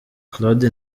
claude